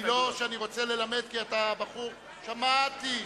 לא שאני רוצה ללמד, כי אתה בחור, שמעתי,